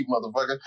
motherfucker